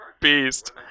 beast